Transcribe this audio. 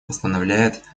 постановляет